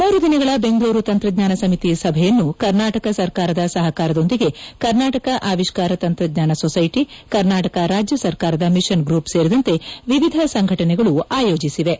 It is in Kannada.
ಮೂರು ದಿನಗಳ ಬೆಂಗಳೂರು ತಂತ್ರಜ್ಞಾನ ಸಮಿತಿ ಸಭೆಯನ್ನು ಕರ್ನಾಟಕ ಸರ್ಕಾರದ ಸಹಕಾರದೊಂದಿಗೆ ಕರ್ನಾಟಕ ಆವಿಷ್ಣಾರ ತಂತ್ರಜ್ಞಾನ ಸೊಸೈಟಿ ಕರ್ನಾಟಕ ರಾಜ್ಹ ಸರ್ಕಾರದ ವಿಷನ್ ಗ್ರೂಪ್ ಸೇರಿದಂತೆ ವಿವಿಧ ಸಂಘಟನೆಗಳು ಆಯೋಜಿಸಿವೆ